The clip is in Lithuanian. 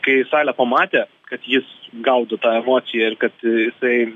kai salė pamatė kad jis gaudo tą emociją ir kad jisai